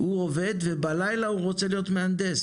הוא עובד ובלילה הוא רוצה להיות מהנדס